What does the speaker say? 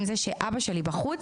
למרות שאבא שלי בחוץ.